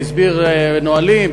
הסביר נהלים,